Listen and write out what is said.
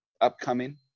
upcoming